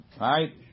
Right